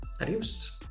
Adios